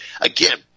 Again